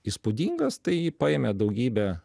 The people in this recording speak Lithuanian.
įspūdingas tai jį paėmė daugybę